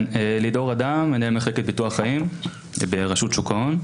אני ממחלקת ביטוח חיים ברשות שוק ההון.